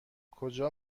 کجا